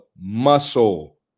muscle